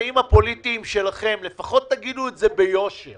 לפחות תגידו ביושר